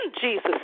Jesus